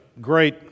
great